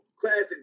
classic